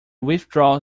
withdraw